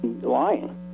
lying